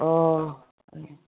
অঁ